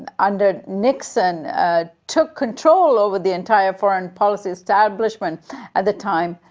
under nixon took control over the entire foreign policy establishment at the time,